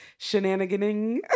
shenaniganing